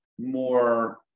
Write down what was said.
more